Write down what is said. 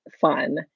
fun